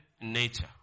nature